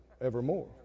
evermore